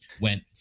went